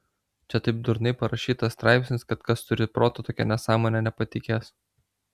čia taip durnai parašytas straipsnis kad kas turi proto tokia nesąmone nepatikės